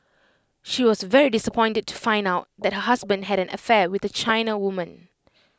she was very disappointed to find out that her husband had an affair with A China woman